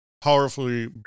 powerfully